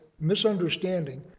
misunderstanding